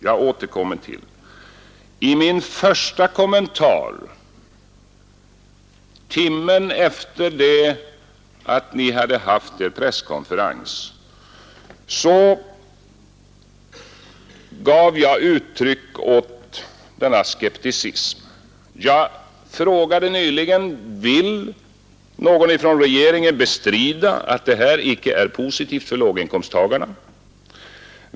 Jag återkommer till min första kommentar timmen efter det ni hade haft er presskonferens. Då gav jag uttryck åt denna skepsis. Jag frågade nyligen: Vill någon från regeringen bestrida att detta icke är positivt för låginkomsttagarna?